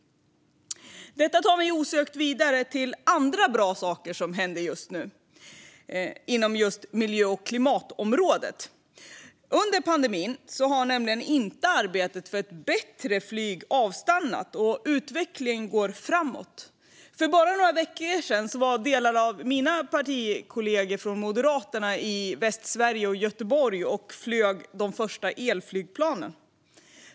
Detta tar mig osökt vidare till andra bra saker som händer just nu inom miljö och klimatområdet. Under pandemin har nämligen inte arbetet för ett bättre flyg avstannat. Utvecklingen går framåt. För bara några veckor sedan var en del av mina partikollegor från Moderaterna i Västsverige och Göteborg och flög de första elflygplanen.